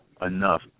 enough